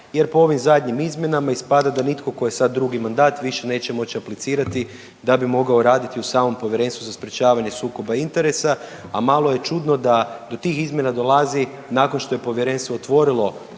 jer po ovim zadnjim izmjenama ispada da nitko tko je sad drugi mandat više neće moći aplicirati da bi mogao raditi u samom Povjerenstvu za sprječavanje sukoba interesa, a malo je čudno da do tih izmjena dolazi nakon što je povjerenstvo otvorilo